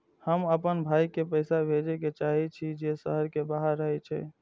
हम आपन भाई के पैसा भेजे के चाहि छी जे शहर के बाहर रहे छै